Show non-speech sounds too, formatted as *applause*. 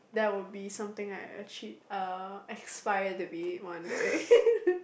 that would be something I achi~ aspire to be one day *laughs*